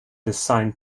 design